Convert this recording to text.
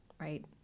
right